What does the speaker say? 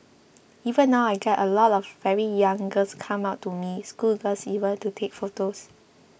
even now I get a lot of very young girls come up to me schoolgirls even to take photos